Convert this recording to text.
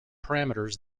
parameters